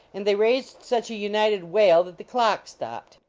and they raised such a united wail that the clock stopped.